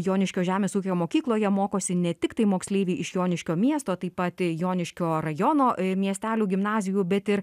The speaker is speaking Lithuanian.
joniškio žemės ūkio mokykloje mokosi ne tiktai moksleiviai iš joniškio miesto taip pat joniškio rajono miestelių gimnazijų bet ir